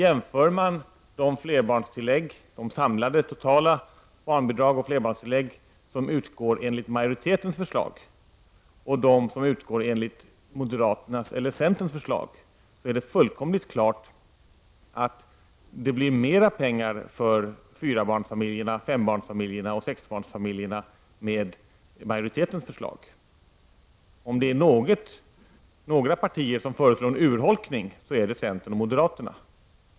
Jämför man totalt det barnbidrag och det flerbarnstillägg som skall utgå enligt majoritetens förslag med det som skall utgå enligt moderaternas eller centerpartiets förslag är det fullkomligt klart att det med majoritetens förslag blir mera pengar för familjer med fyra, fem eller sex barn. Om det är några partier som föreslår en urholkning, är det faktiskt centern och moderaterna.